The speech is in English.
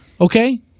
Okay